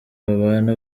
babana